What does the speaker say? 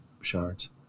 Shards